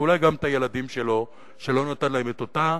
ואולי גם את הילדים שלו שלא נתן להם את אותה